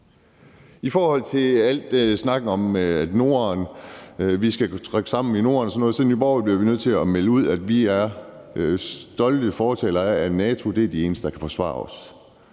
I forhold til al snakken om, at vi skal kunne træde sammen i Norden og sådan noget, bliver vi i Nye Borgerlige nødt til at melde ud, at vi er stolte fortalere for, at NATO er de eneste, der kan forsvare os.